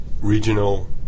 regional